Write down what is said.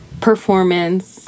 performance